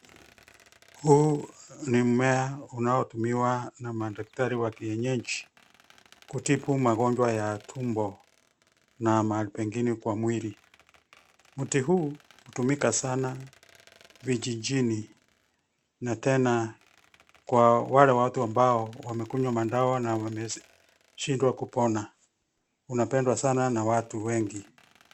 Huu ni mmea unaotumiwa na madaktari wa kienyeji, kutibu magonjwa ya tumbo na mahali pengine kwa mwili. Mti huu hutumika sana vijijini, na tena kwa wale watu ambao wamekunywa madawa na wameshindwa kupona. Unapendwa sana na watu wengi.